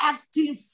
acting